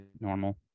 normal